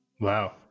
wow